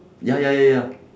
ya ya ya ya